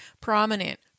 prominent